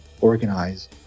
organize